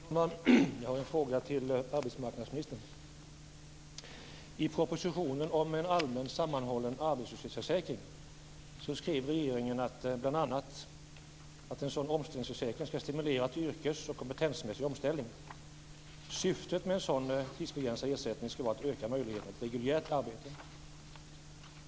Fru talman! Jag har en fråga till arbetsmarknadsministern. I propositionen om en allmän sammanhållen arbetslöshetsförsäkring skrev regeringen att en sådan omställningsförsäkring skulle stimulera till yrkes och kompetensmässig omställning. Syftet med en sådan tidsbegränsad ersättning skulle vara att öka möjligheterna till reguljärt arbete.